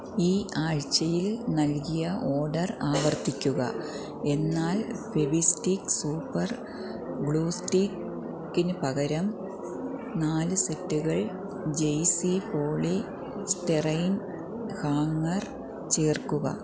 ഈ ആഴ്ച്ചയിൽ നൽകിയ ഓഡർ ആവർത്തിക്കുക എന്നാൽ ഫെവിസ്റ്റിക് സൂപ്പർ ഗ്ലൂ സ്റ്റിക്ക്ന് പകരം നാല് സെറ്റുകൾ ജെയ്സി പോളി സ്റ്റൈറൈൻ ഹാംഗർ ചേർക്കുക